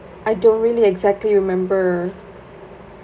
I don't really exactly remember